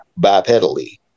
bipedally